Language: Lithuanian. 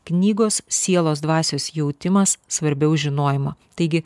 knygos sielos dvasios jautimas svarbiau žinojimo taigi